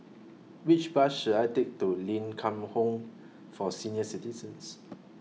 Which Bus should I Take to Ling Kwang Home For Senior Citizens